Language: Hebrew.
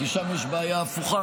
כי שם יש בעיה הפוכה,